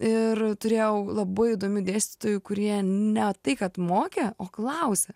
ir turėjau labai įdomių dėstytojų kurie ne tai kad mokė o klausė